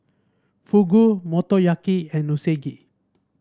Fugu Motoyaki and Unagi